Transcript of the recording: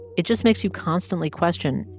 it just makes you constantly question.